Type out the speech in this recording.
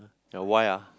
then why ah